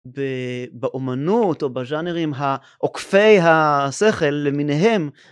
באומנות או בז'אנרים העוקפי השכל למיניהם.